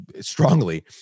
strongly